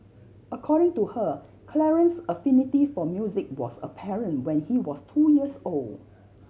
according to her Clarence's affinity for music was apparent when he was two years old